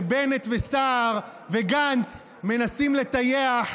שבנט וסער וגנץ מנסים לטייח,